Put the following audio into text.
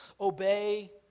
obey